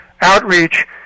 outreach